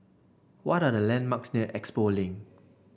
what are the landmarks near Expo Link